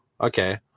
Okay